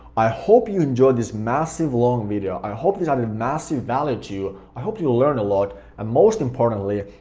i hope you enjoyed this massive long video. i hope this added massive value to you. i hope you learned a lot, and most importantly,